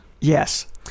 Yes